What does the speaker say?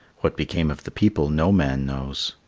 what became of the people no man knows.